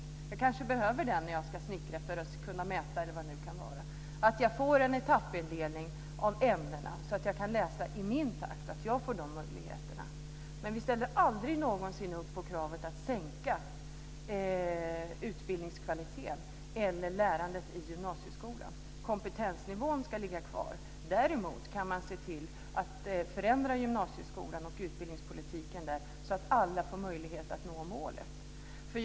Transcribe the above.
Jag kanske behöver den för att kunna mäta när jag ska snickra, eller vad det nu kan vara. Jag ska som elev få en etappindelning av ämnena så att jag kan läsa i min takt, så att jag får de här möjligheterna. Men vi ställer aldrig någonsin upp på kravet att sänka utbildningskvaliteten eller lärandet i gymnasieskolan. Kompetensnivån ska ligga kvar. Däremot kan man se till att förändra gymnasieskolan och utbildningspolitiken där så att alla får möjlighet att nå målet.